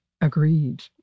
Agreed